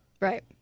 Right